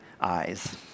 eyes